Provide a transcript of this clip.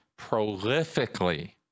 prolifically